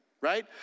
right